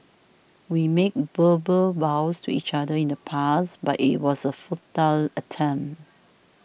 we made verbal vows to each other in the past but it was a futile attempt